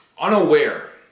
unaware